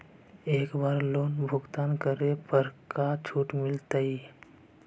एक बार लोन भुगतान करे पर का छुट मिल तइ?